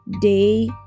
Day